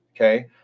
Okay